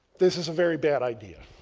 this is a very bad idea.